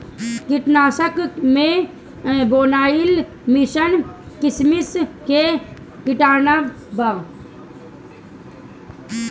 कीटनाशक में बोनाइड निमन किसिम के कीटनाशक बा